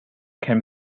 can